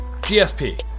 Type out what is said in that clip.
gsp